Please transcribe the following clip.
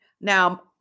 now